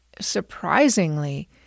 surprisingly